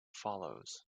follows